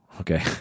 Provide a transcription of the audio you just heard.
okay